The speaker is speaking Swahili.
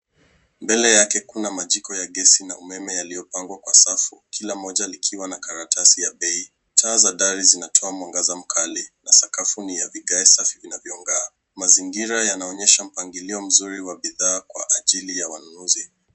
Mbele yake kuna majiko ya gesi na umeme zilzopangwa kwa safu. Kila mmoja likiwa na karatasi ya bei. Taa za dari zinatoa mwangaza mkali na sakafu ni ya vigae safi vinavyongaa. Mazingira yanaonyesha mpangilio mzuri wa bidhaa kwa ajili ya wanunuzi.